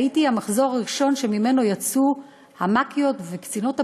הייתי במחזור הראשון שממנו יצאו המ"כיות וקצינות הפיקוד,